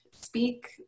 speak